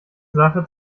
sache